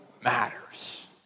matters